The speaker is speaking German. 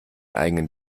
eigenen